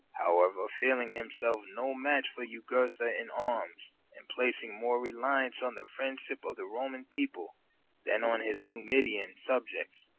however, feeling himself no match for jugurtha in arms, and placing more reliance on the friendship of the roman people than on his numidian subjects,